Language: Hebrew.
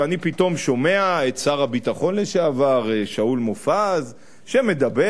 ואני פתאום שומע את שר הביטחון לשעבר שאול מופז שמדבר